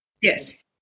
Yes